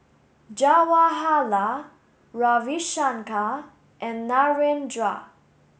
Jawaharlal Ravi Shankar and Narendra